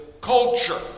culture